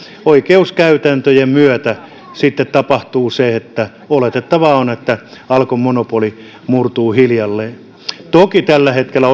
oikeuskäytäntöjen myötä tapahtuu se että oletettavaa on että alkon monopoli murtuu hiljalleen toki tällä hetkellä